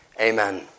amen